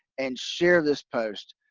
and share this post.